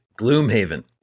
Gloomhaven